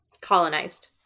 Colonized